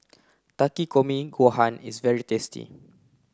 Takikomi Gohan is very tasty